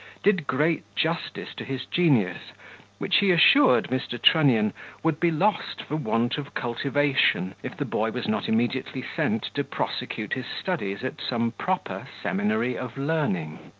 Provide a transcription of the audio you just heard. did great justice to his genius which he assured mr. trunnion would be lost for want of cultivation, if the boy was not immediately sent to prosecute his studies at some proper seminary of learning.